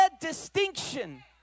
distinction